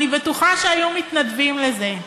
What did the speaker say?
אני בטוחה שהיו מתנדבים לזה.